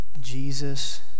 Jesus